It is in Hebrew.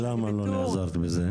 למה לא נעזרת בזה?